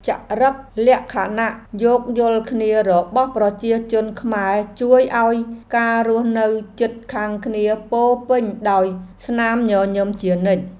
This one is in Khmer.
ចរិតលក្ខណៈយោគយល់គ្នារបស់ប្រជាជនខ្មែរជួយឱ្យការរស់នៅជិតខាងគ្នាពោរពេញដោយស្នាមញញឹមជានិច្ច។